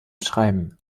schreiben